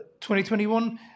2021